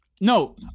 No